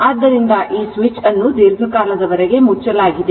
ಆದ್ದರಿಂದ ಈ ಸ್ವಿಚ್ ಅನ್ನು ದೀರ್ಘಕಾಲದವರೆಗೆ ಮುಚ್ಚಲಾಗಿದೆ